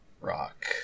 rock